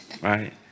right